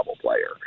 player